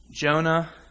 Jonah